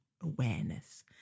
awareness